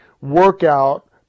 workout